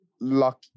lucky